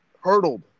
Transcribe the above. Hurdled